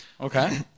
Okay